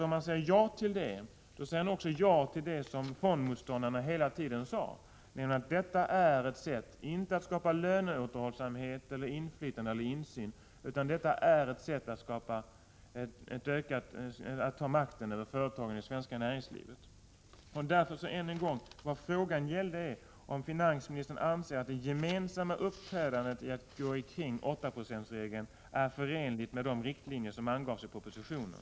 Om han svarar ja, säger han också ja till det som fondmotståndarna hela tiden har sagt, nämligen att detta är inte ett sätt att skapa löneåterhållsamhet, inflytande eller insyn utan ett sätt att ta makten över företagen i det svenska näringslivet. Än en gång: Vad frågan gällde var om finansministern anser att det gemensamma uppträdandet för att gå runt 8-procentsregeln är förenligt med de riktlinjer som angavs i propositionen.